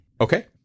Okay